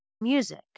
music